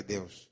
Deus